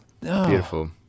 Beautiful